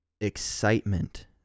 excitement